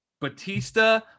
Batista